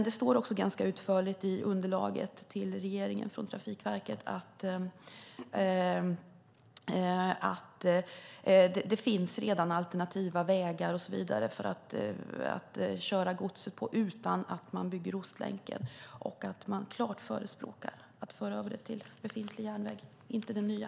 Det står ganska utförligt i underlaget till regeringen från Trafikverket att det redan finns alternativa vägar för att köra godset på utan att man bygger Ostlänken och att man klart förespråkar att föra över det till befintlig järnväg, inte den nya.